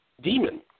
demon